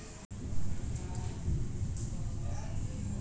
ऋण लागी अब ऑनलाइनो आवेदन कएल जा सकलई ह